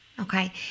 Okay